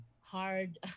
hard